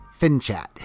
FinChat